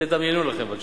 תדמיינו לכם בבקשה.